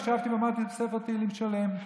ישבתי ואמרתי ספר תהילים שלם.